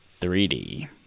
3D